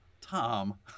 Tom